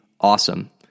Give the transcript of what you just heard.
awesome